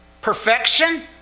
Perfection